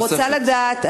אני רוצה לדעת,